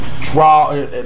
draw